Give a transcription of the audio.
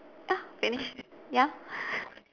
ya finish ya